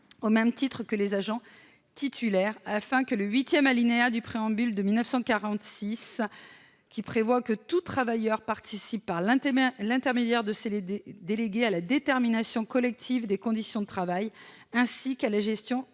au même titre que les agents titulaires, afin que le huitième alinéa du préambule de la Constitution de 1946, aux termes duquel « tout travailleur participe, par l'intermédiaire de ses délégués, à la détermination collective des conditions de travail ainsi qu'à la gestion